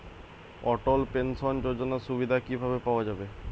অটল pension যোজনার সুবিধা কি ভাবে পাওয়া যাবে?